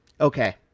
Okay